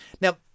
Now